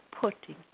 putting